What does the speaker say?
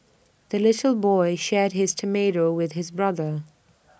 the little boy shared his tomato with his brother